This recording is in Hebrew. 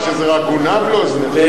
במיוחד שזה רק גונב לאוזניך,